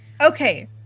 Okay